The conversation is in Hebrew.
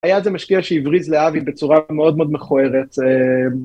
היה איזה משקיע שהבריז לאבי בצורה מאוד מאוד מכוערת. זה..